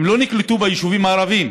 הם לא נקלטו ביישובים הערביים,